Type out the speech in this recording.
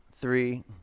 three